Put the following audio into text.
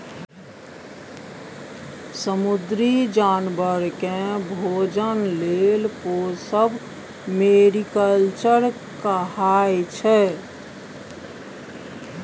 समुद्री जानबर केँ भोजन लेल पोसब मेरीकल्चर कहाइ छै